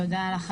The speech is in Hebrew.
תודה לך,